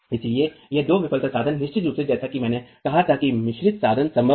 इसलिए ये दो विफलता साधन निश्चित रूप से जैसा कि मैंने कहा कि मिश्रित साधन संभव हैं